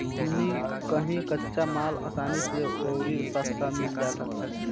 हमनी किहा कच्चा माल असानी से अउरी सस्ता मिल जाला